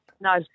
No